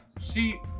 See